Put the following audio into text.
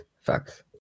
facts